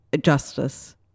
justice